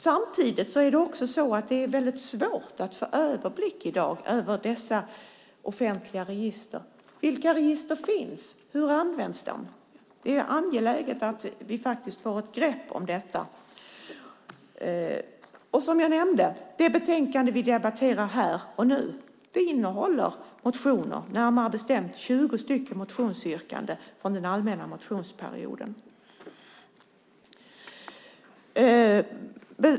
Samtidigt är det svårt att få överblick i dag över dessa offentliga register. Vilka register finns? Hur används de? Det är angeläget att vi får ett grepp om detta. Det betänkande vi debatterar här och nu innehåller motioner, närmare bestämt 20 motionsyrkanden från den allmänna motionsperioden.